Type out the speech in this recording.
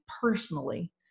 personally